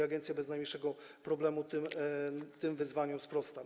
Agencja bez najmniejszego problemu tym wyzwaniom sprosta.